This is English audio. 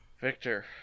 Victor